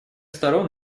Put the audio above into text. сторон